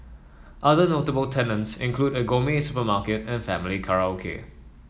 other notable tenants include a gourmet supermarket and family karaoke